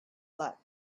luck